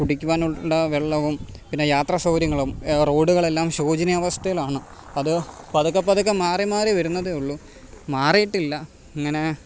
കുടിക്കുവാനുള്ള വെള്ളവും പിന്നെ യാത്രാ സൗകര്യങ്ങളും റോഡുകളെല്ലാം ശോചനീയാവസ്ഥയിലാണ് അത് പതുക്കെപ്പതുക്കെ മാറി മാറി വരുന്നതേയുള്ളു മാറിയിട്ടില്ല ഇങ്ങനെ